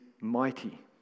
mighty